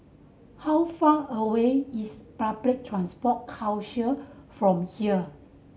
how far away is Public Transport Council from here